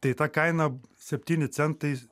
tai ta kaina septyni centai